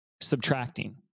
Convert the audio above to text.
subtracting